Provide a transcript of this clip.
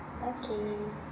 okay